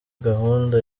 gahunda